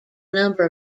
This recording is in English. number